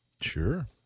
Sure